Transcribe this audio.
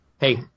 Hey